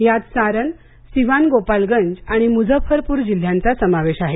यात सारन सिवान गोपालगंज आणि मुझफ्फरपुर जिल्ह्यांचा समावेश आहे